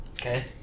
Okay